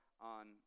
on